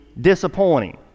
disappointing